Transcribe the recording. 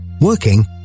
Working